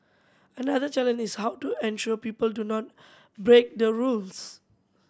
another challenge is how to ensure people do not break the rules